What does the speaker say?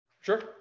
Sure